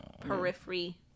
periphery